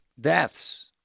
deaths